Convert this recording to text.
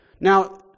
Now